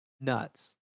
nuts